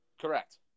Correct